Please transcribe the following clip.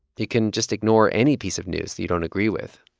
you can just ignore any piece of news you don't agree with.